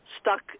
stuck